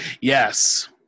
Yes